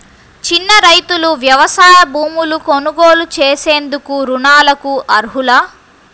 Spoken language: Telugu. చిన్న రైతులు వ్యవసాయ భూములు కొనుగోలు చేసేందుకు రుణాలకు అర్హులా?